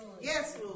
Yes